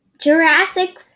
Jurassic